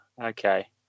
okay